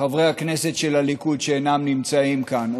חברי הכנסת של הליכוד שאינם נמצאים כאן,